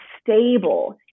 stable